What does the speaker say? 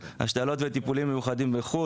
וטיפולים מיוחדים בחו"ל,